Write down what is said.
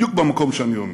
בדיוק במקום שאני עומד,